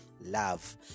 love